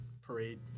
parade